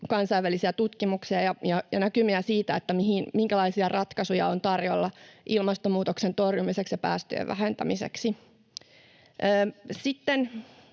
kansainvälisiä tutkimuksia ja näkymiä siitä, minkälaisia ratkaisuja on tarjolla ilmastonmuutoksen torjumiseksi ja päästöjen vähentämiseksi.